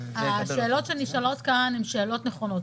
השאלות שנשאלות כאן הן שאלות נכונות.